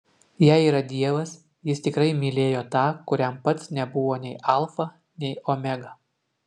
jei yra dievas jis tikrai mylėjo tą kuriam pats nebuvo nei alfa nei omega